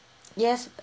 yes